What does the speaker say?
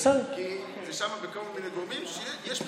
כי שמעתי מכל מיני גורמים שיש פתרון,